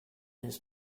his